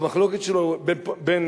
במחלוקת שלו בין